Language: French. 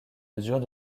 mesures